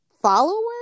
follower